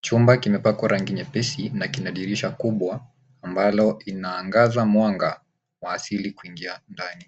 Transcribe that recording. Chumba kimepakwa rangi nyepesi na kina dirisha kubwa ambalo linaangaza mwanga wa asili kuingia ndani.